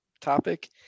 topic